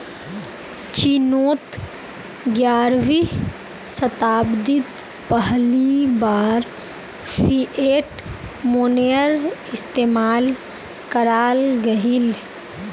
चिनोत ग्यारहवीं शाताब्दित पहली बार फ़िएट मोनेय्र इस्तेमाल कराल गहिल